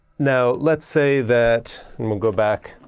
now let's say that. and we'll go back